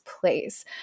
place